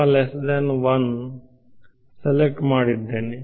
ಈ ಸಮಸ್ಯೆಯನ್ನು ಹೊಂದಿದ್ದೇನೆ